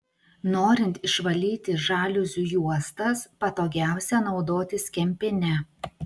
norint išvalyti žaliuzių juostas patogiausia naudotis kempine